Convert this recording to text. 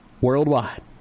Worldwide